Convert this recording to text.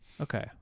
Okay